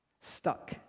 Stuck